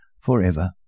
forever